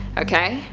ok,